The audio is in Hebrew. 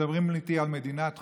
מדברים איתי על מדינת חוק?